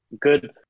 good